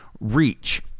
reach